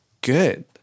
Good